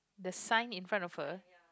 the sign in front of her